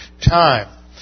time